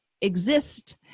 exist